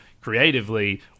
creatively